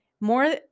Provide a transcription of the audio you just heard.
more